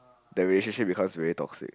the relationship becomes very toxic